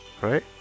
Right